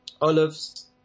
olives